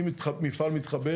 אם מפעל מתחבר